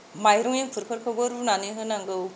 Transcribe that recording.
माइरं एंखुरफोरखौबो रुनानै होनांगौ